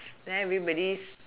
then everybody's